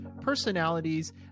personalities